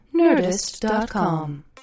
Nerdist.com